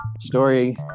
story